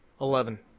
Eleven